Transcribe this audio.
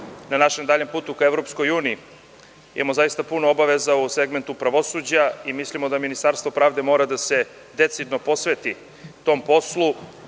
na našem daljem putu ka EU. Imamo zaista puno obaveza u segmentu pravosuđa i mislimo da Ministarstvo pravde mora decidno da se posveti tom poslu,